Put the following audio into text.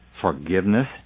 Forgiveness